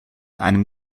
einem